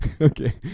okay